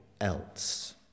else